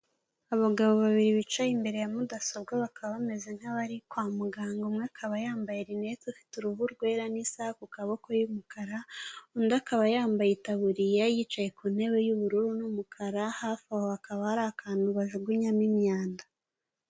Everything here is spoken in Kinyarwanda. Abagabo babiri bicaye imbere ya mudasobwa bakaba bameze nk'abari kwa muganga, umwe akaba yambaye rinete afite uruhu rwera n'isaha ku maboko y'umukara, undi akaba yambaye itaburiya yicaye ku ntebe y'ubururu n'umukara, hafi aho hakaba hari akantu bajugunyamo imyanda.